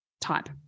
type